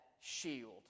shield